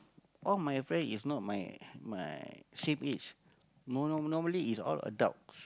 all my friend is not my my same age no no normally is all adults